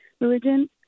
religion